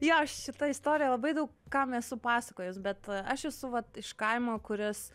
jo šita istorija labai daug kam esu pasakojus bet aš esu vat iš kaimo kuris